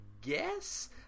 guess